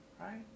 Right